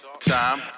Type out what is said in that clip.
time